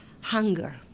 hunger